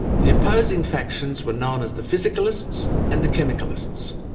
the opposing factions were known as the physicalists and the chemicalists.